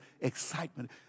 excitement